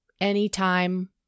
anytime